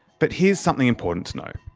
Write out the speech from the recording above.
but here's something important to know.